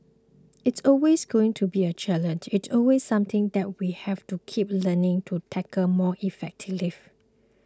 it's always going to be a challenge it's always something that we have to keep learning to tackle more effectively